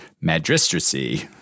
magistracy